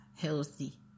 healthy